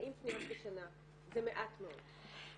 40 פניות בשנה זה מעט מאוד.